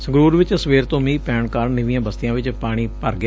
ਸੰਗਰੂਰ ਵਿਚ ਸਵੇਰ ਤੋਂ ਮੀਂਹ ਪੈਣ ਕਾਰਨ ਨੀਵੀਆਂ ਬਸਤੀਆਂ ਵਿਚ ਪਾਣੀ ਭਰ ਗਿਆ